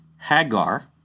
Hagar